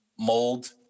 mold